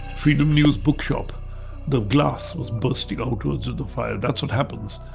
freedom news bookshop the glass was bursting out towards the fire. that's what happens.